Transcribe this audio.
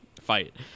fight